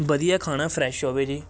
ਵਧੀਆ ਖਾਣਾ ਫਰੈਸ਼ ਹੋਵੇ ਜੀ